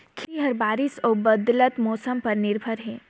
खेती ह बारिश अऊ बदलत मौसम पर निर्भर हे